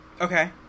Okay